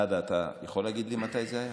סעדה, אתה יכול להגיד לי מתי זה היה?